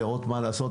לראות מה לעשות,